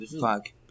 Fuck